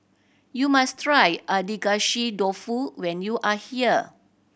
you must try Agedashi Dofu when you are here